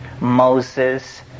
Moses